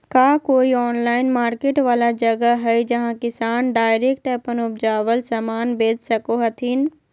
का कोई online market वाला जगह हइ जहां किसान डायरेक्ट अप्पन उपजावल समान बेच सको हथीन?